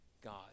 God